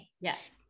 Yes